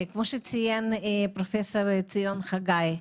כמו שציין פרופ' ציון חגי,